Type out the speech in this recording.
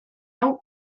hau